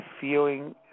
feeling